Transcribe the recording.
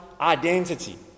identity